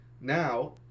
now